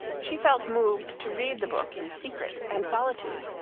she felt moved to read the book in secret and solitude,